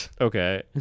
okay